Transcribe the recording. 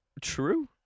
True